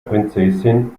prinzessin